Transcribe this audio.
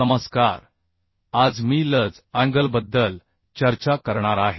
नमस्कार आज मी लज अँगलबद्दल चर्चा करणार आहे